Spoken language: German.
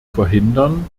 verhindern